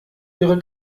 ihre